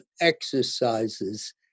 exercises